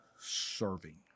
serving